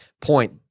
point